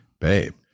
babe